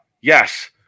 yes